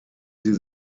sie